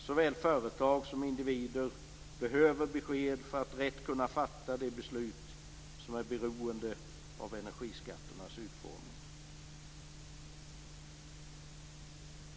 Såväl företag som individer behöver besked för att rätt kunna fatta de beslut som är beroende av energiskatternas utformning.